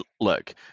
look